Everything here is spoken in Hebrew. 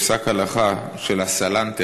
פסק הלכה של ה"סלנטר",